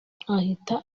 ahita